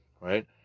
Right